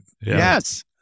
Yes